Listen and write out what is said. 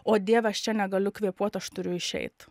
o dieve aš čia negaliu kvėpuot aš turiu išeit